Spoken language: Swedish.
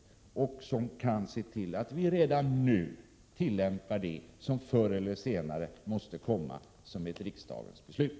På det sättet kan vi redan nu få en tillämpning som överensstämmer med vad som förr eller senare måste bli ett riksdagens beslut.